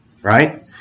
Right